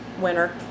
winner